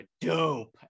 dope